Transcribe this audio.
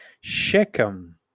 Shechem